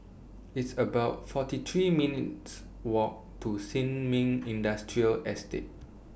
It's about forty three minutes' Walk to Sin Ming Industrial Estate